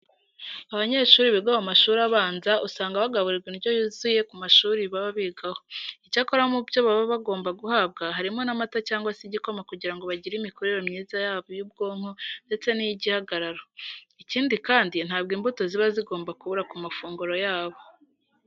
Abanyeshuri biga mu mashuri abanza usanga bagaburirwa indyo yuzuye ku mashuri baba bigaho. Icyakora mu byo baba bagomba guhabwa harimo n'amata cyangwa se igikoma kugira ngo bagire imikurire myiza yaba iy'ubwonko ndetse n'iy'igihagararo. Ikindi kandi ntabwo imbuto ziba zigomba kubura ku mafunguro yabo.